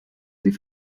sie